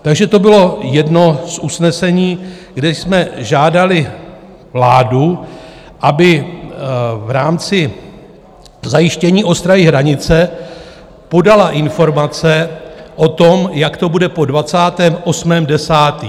Takže to bylo jedno z usnesení, kde jsme žádali vládu, aby v rámci zajištění ostrahy hranice podala informace o tom, jak to bude po 28. 10.